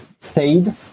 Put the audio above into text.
stayed